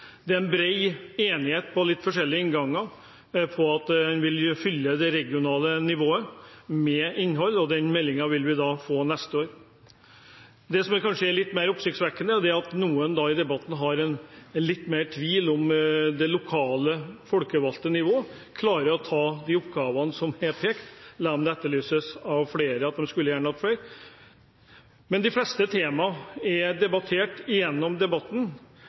Det er bred enighet om, med litt forskjellige innganger, at en vil fylle det regionale nivået med innhold. Den meldingen vil vi få neste år. Det som kanskje er mer oppsiktsvekkende, er at noen i debatten har en tvil om det lokale folkevalgte nivået klarer å ta de oppgavene som er pekt på, selv om det etterlyses av flere at en gjerne skulle hatt flere. De fleste temaene er belyst gjennom debatten, og det synes jeg er bra. Jeg synes det har vært en god debatt, og jeg takker for debatten.